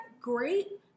Great